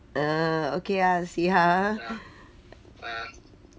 err okay ah see ha